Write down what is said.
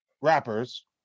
rappers